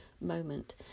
moment